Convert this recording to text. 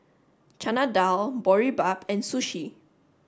Chana Dal Boribap and Sushi